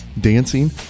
dancing